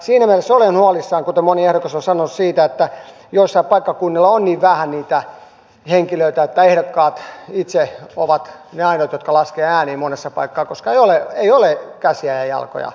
siinä mielessä olen huolissani kuten moni ehdokas on sanonut siitä että joillakin paikkakunnilla on niin vähän niitä henkilöitä että ehdokkaat itse ovat ne ainoat jotka laskevat ääniä monessa paikassa koska ei ole käsiä ja jalkoja siihen tehtävään